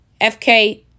FK